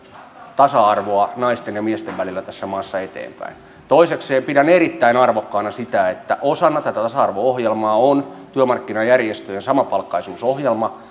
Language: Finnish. tasa arvoa naisten ja miesten välillä tässä maassa eteenpäin toisekseen pidän erittäin arvokkaana sitä että osana tätä tasa arvo ohjelmaa on työmarkkinajärjestöjen samapalkkaisuusohjelma